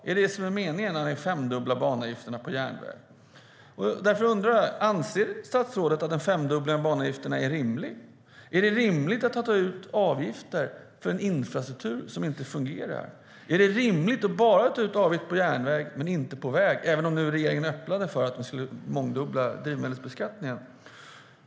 Är det meningen när regeringen femdubblar banavgifterna på järnväg? Anser statsrådet att en femdubbling av banavgifterna är rimlig? Är det rimligt att ta ut avgifter för en infrastruktur som inte fungerar? Är det rimligt att ta ut avgifter bara på järnväg men inte på väg, även om regeringen öppnar för att mångdubbla drivmedelsbeskattningen?